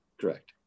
Correct